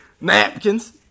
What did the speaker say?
Napkins